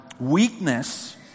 weakness